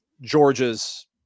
Georgia's